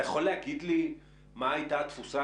אתה יכול להגיד לי מה הייתה התפוסה